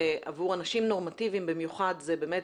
ועבור אנשים נורמטיביים במיוחד זה באמת